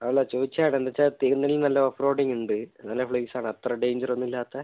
അതല്ല ചോദിച്ചതാണ് എന്താന്ന് വെച്ചാൽ തിരുനെല്ലി നല്ല ഓഫ് റോഡിങ് ഉണ്ട് നല്ല പ്ലേസ് ആണ് അത്ര ഡെയ്ഞ്ചർ ഒന്നും ഇല്ലാത്ത